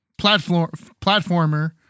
platformer